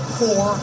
four